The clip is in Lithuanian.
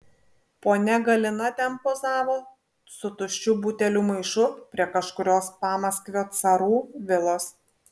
ponia galina ten pozavo su tuščių butelių maišu prie kažkurios pamaskvio carų vilos